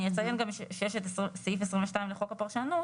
אני אציין גם שיש את סעיף 22 לחוק הפרשנות